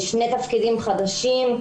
שני תפקידים חדשים,